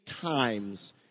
times